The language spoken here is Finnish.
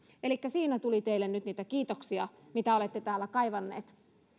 elikkä siinä tuli teille nyt niitä kiitoksia mitä olette täällä kaivanneet